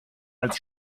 als